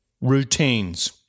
routines